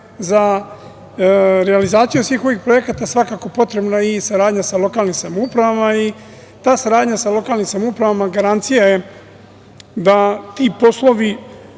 za realizaciju svih ovih projekata svakako potrebna saradnja i sa lokalnim samoupravama. Ta saradnja sa lokalnim samoupravama garancija je da ti poslovi